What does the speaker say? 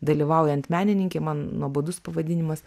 dalyvaujant menininkei man nuobodus pavadinimas